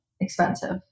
expensive